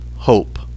hope